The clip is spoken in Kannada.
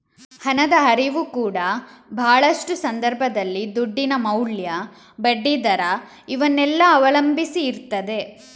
ಹಣದ ಹರಿವು ಕೂಡಾ ಭಾಳಷ್ಟು ಸಂದರ್ಭದಲ್ಲಿ ದುಡ್ಡಿನ ಮೌಲ್ಯ, ಬಡ್ಡಿ ದರ ಇವನ್ನೆಲ್ಲ ಅವಲಂಬಿಸಿ ಇರ್ತದೆ